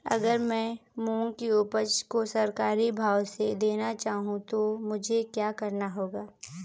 अगर मैं मूंग की उपज को सरकारी भाव से देना चाहूँ तो मुझे क्या करना होगा?